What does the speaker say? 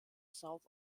south